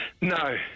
No